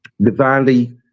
divinely